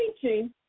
teaching